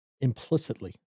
implicitly